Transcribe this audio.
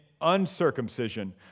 uncircumcision